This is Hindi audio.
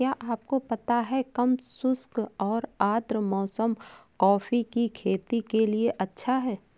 क्या आपको पता है कम शुष्क और आद्र मौसम कॉफ़ी की खेती के लिए अच्छा है?